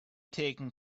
taken